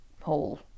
hole